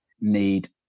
need